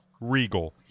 Regal